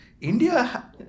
India